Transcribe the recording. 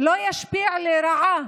לא ישפיע לרעה